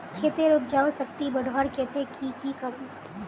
खेतेर उपजाऊ शक्ति बढ़वार केते की की करूम?